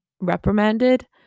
reprimanded